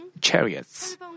chariots